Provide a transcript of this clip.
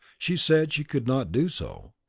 she said she could not do so,